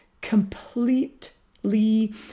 completely